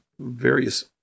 various